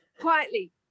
Quietly